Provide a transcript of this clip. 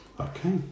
Okay